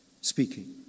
speaking